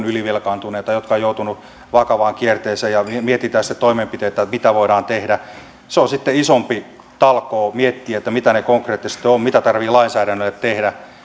ylivelkaantuneita jotka ovat joutuneet vakavaan kierteeseen ja mietitään sitten toimenpiteitä mitä voidaan tehdä se on sitten isompi talkoo miettiä mitä ne konkreettisesti ovat mitä tarvitsee lainsäädännölle tehdä